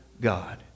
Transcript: God